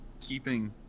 keeping